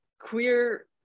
queer